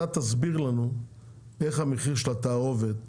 תסביר לנו איך המחיר של התערובת